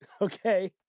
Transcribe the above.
Okay